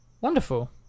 wonderful